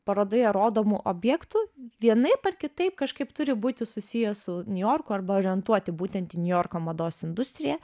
parodoje rodomų objektų vienaip ar kitaip kažkaip turi būti susiję su niujorku arba orientuoti būtent į niujorko mados industriją